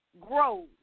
grows